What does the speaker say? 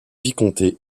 vicomté